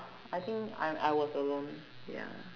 I think I I was alone ya